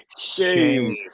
Shame